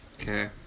Okay